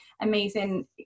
amazing